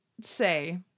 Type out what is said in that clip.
say